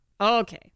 Okay